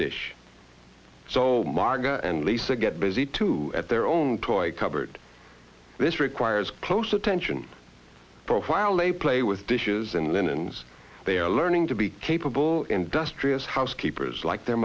dish so maga and lisa get busy too at their own toy cupboard this requires close attention for a while they play with dishes and linens they are learning to be capable industrious housekeepers like their